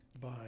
Bye